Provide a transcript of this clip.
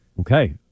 Okay